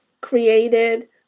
created